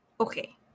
Okay